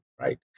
right